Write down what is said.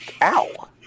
Ow